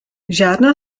žádná